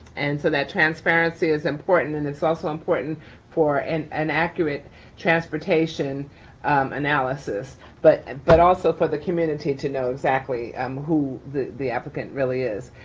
and so that transparency is important, and it's also important for an accurate transportation analysis, but but also for the community to know exactly um who the the applicant really is.